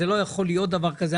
זה לא יכול להיות דבר כזה,